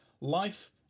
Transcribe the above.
Life